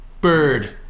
Bird